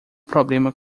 problema